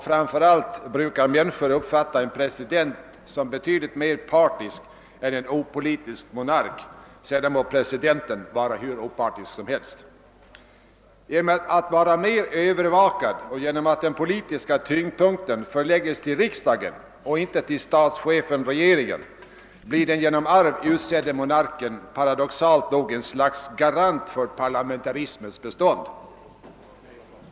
Framför allt brukar människor uppfatta en president som betydligt mer partisk än en opolitisk monark, sedan må presidenten vara hur opolitisk som helst. Genom att vara mer övervakad och genom att den politiska tyngdpunkten förläggs till riksdagen och inte till statschefen-regeringen blir den genom arv utsedde monarken paradoxalt nog ett slags garant för parlamentarismens bestånd.